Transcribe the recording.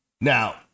Now